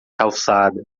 calçada